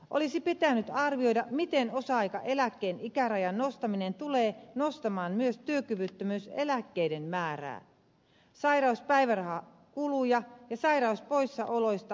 olisi pitänyt arvioida miten osa aikaeläkkeen ikärajan nostaminen tulee nostamaan myös työkyvyttömyyseläkkeiden määrää sairauspäivärahakuluja ja sairauspoissaoloista aiheutuvia kustannuksia